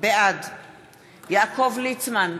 בעד יעקב ליצמן,